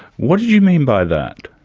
what do you mean by that?